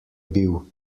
bil